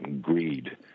greed